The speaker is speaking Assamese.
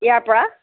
ইয়াৰপৰা